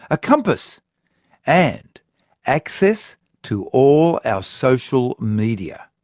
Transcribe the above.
a compass and access to all our social media.